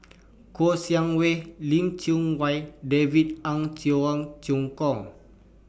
Kouo Shang Wei Lim Chee Wai David Ung Cheong Choong Kong